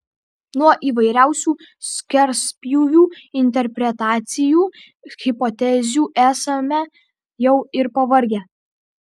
nuo įvairiausių skerspjūvių interpretacijų hipotezių esame jau ir pavargę